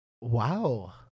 Wow